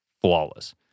flawless